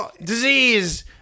Disease